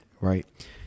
right